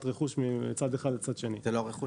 רכוש מצד אחד לצד שני -- זה לא רכוש.